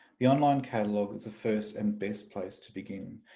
the online catalogue is the first and best place to begin.